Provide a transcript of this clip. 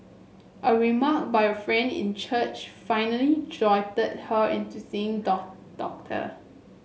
a remark by a friend in church finally jolted her into seeing doctor